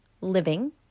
Living